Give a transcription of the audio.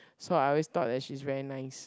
so I always thought that she's very nice